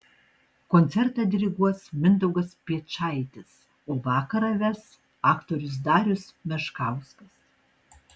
koncertą diriguos mindaugas piečaitis o vakarą ves aktorius darius meškauskas